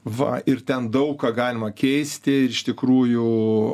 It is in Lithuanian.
va ir ten daug ką galima keisti ir iš tikrųjų